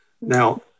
Now